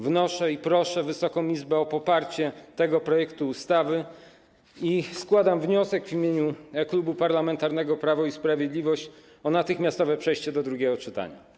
Wnoszę i proszę Wysoką Izbę o poparcie tego projektu ustawy i składam wniosek w imieniu Klubu Parlamentarnego Prawo i Sprawiedliwość o natychmiastowe przejście do drugiego czytania.